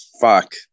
fuck